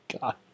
god